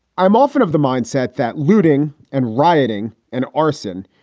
i'm often of the mindset that looting and rioting and arson,